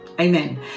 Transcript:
amen